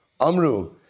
amru